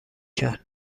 کرد